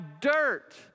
dirt